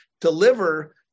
deliver